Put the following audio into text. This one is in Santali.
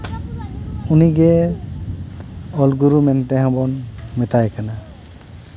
ᱩᱱᱤᱜᱮ ᱚᱞᱜᱩᱨᱩ ᱢᱮᱱ ᱛᱮ ᱦᱚᱸᱵᱚᱱ ᱢᱮᱛᱟᱭ ᱠᱟᱱᱟ